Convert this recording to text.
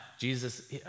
Jesus